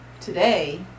today